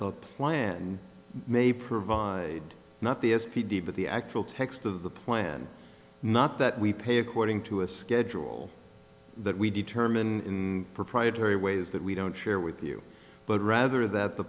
the plan may provide not the s p d but the actual text of the plan not that we pay according to a schedule that we determine in proprietary ways that we don't share with you but rather that the